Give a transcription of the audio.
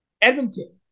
Edmonton